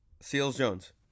Seals-Jones